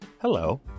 hello